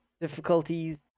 difficulties